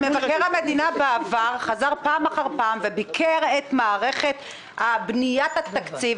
מבקר המדינה בעבר חזר פעם אחר פעם וביקר את מערכת בניית התקציב,